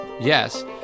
yes